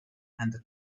and